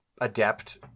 adept